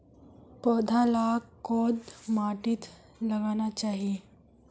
पौधा लाक कोद माटित लगाना चही?